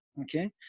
okay